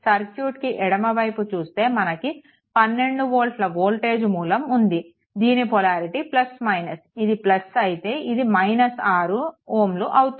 సర్క్యూట్కి ఎడమ వైపు చూస్తే మనకు 12 వోల్ట్ల వోల్టేజ్ మూలం ఉంది దీని పొలారిటీ ఇది అయితే ఇది 6 Ω అవుతుంది